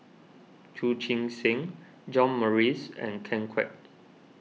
Chu Chee Seng John Morrice and Ken Kwek